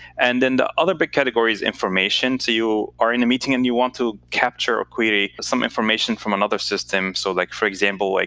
and then the other big category is information. so you are in a meeting, and you want to capture or query some information from another system. so like for example, like